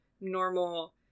normal